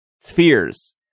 spheres